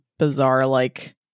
Bizarre-like